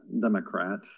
democrat